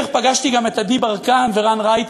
היא מקדמת היום שינוי חברתי של ממש בהבנה שמודל היופי,